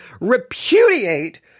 repudiate